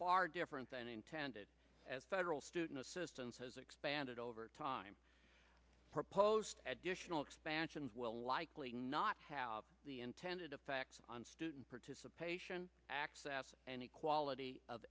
far different than intended as federal student assistance has expanded over time proposed additional expansions will likely not have the intended effect on student participation access and equality of